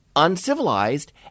uncivilized